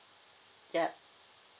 yup